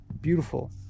beautiful